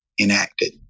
enacted